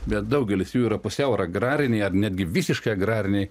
bet daugelis jų yra pusiau agrariniai ar netgi visiškai agrariniai